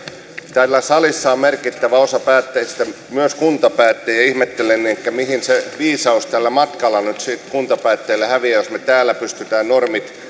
täällä salissa on merkittävä osa päättäjistä myös kuntapäättäjiä ja ihmettelen mihin se viisaus tällä matkalla nyt sitten kuntapäättäjillä häviää jos me täällä pystymme normit